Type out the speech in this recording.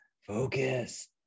focus